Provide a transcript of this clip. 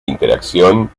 interacción